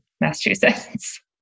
Massachusetts